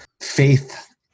faith